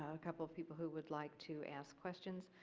a couple of people who would like to ask questions.